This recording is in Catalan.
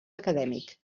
acadèmic